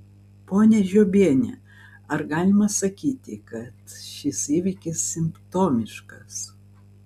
ponia žiobiene ar galima sakyti kad šis įvykis simptomiškas